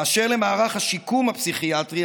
אשר למערך השיקום הפסיכיאטרי,